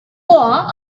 law